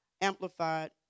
Amplified